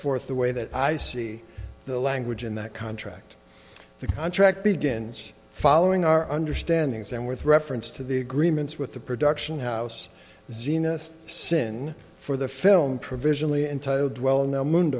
forth the way that i see the language in that contract the contract begins following our understandings and with reference to the agreements with the production house xena's sin for the film provisionally entitled well know m